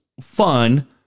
fun